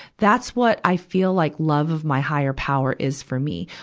that's what i feel like love of my higher power is for me.